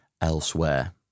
elsewhere